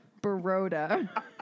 Baroda